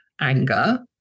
anger